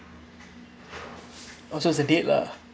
oh so it's a date lah